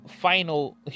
final